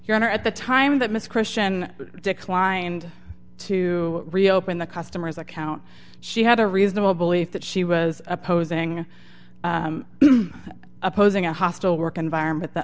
your honor at the time that miss christian declined to reopen the customer's account she had a reasonable belief that she was opposing opposing a hostile work environment th